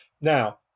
Now